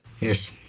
Yes